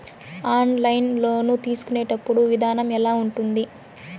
online loan తీసుకునేటప్పుడు విధానం ఎలా ఉంటుంది